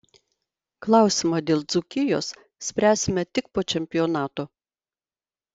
klausimą dėl dzūkijos spręsime tik po čempionato